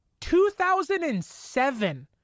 2007